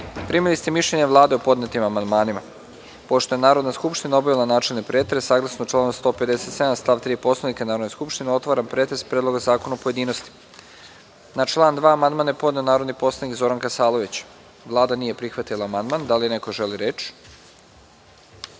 ste mišljenje Vlade o podnetim amandmanima. Pošto je Narodna skupština obavila načelni pretres, saglasno članu 157. stav 3. Poslovnika Narodne skupštine, otvaram pretres Predloga zakona u pojedinostima. Na član 2. amandman je podneo narodni poslanik Zoran Kasalović. Vlada nije prihvatila amandman. Da li neko želi reč?